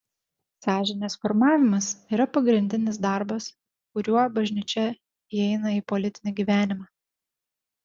sąžinės formavimas yra pagrindinis darbas kuriuo bažnyčia įeina į politinį gyvenimą